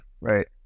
Right